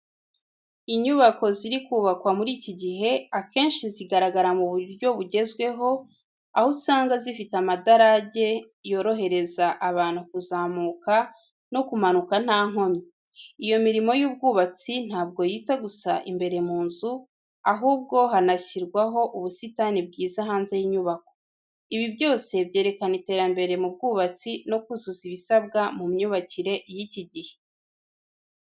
Inyubako ziri kubakwa muri iki gihe, akenshi zigaragara mu buryo bugezweho, aho usanga zifite amadarage yorohereza abantu kuzamuka no kumanuka nta nkomyi. Iyo mirimo y'ubwubatsi ntabwo yita gusa imbere mu nzu, ahubwo hanashyirwaho ubusitani bwiza hanze y'inyubako. Ibi byose byerekana iterambere mu bwubatsi no kuzuza ibisabwa mu myubakire y'iki gihe.